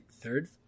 third